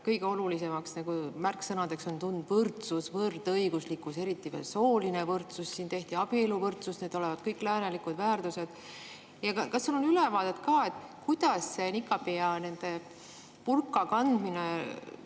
Kõige olulisemad märksõnad on võrdsus, võrdõiguslikkus, eriti veel sooline võrdsus, tehti abieluvõrdsus – need olevat kõik läänelikud väärtused. Kas sul on ülevaadet ka, kuidas nikaabi ja burka kandmine